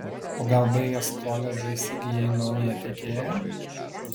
o gal baigęs koledžą įsigijai naują tiekėją